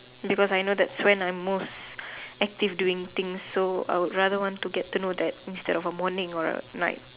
because I know that's when I am most active doing things so I would rather want to get to know that instead of a morning or a night